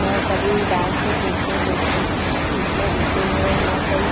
न कभी डान्स सीखने दे सीखने देते हैं और न कहीं